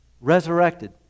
resurrected